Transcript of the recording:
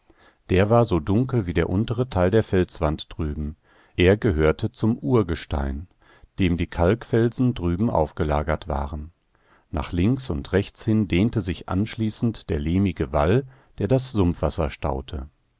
der war so dunkel wie der untere teil der felswand drüben er gehörte zum urgestein dem die kalkfelsen drüben aufgelagert waren nach links und rechts hin dehnte sich anschließend der lehmige wall der das sumpfwasser staute